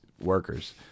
workers